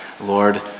Lord